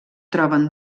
troben